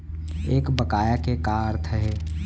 एक बकाया के का अर्थ हे?